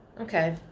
Okay